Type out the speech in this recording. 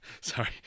Sorry